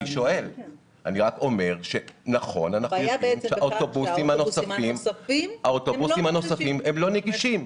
אומר שהאוטובוסים הנוספים הם לא נגישים.